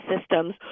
systems